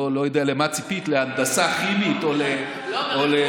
לא יודע למה ציפית, להנדסה כימית או לזה.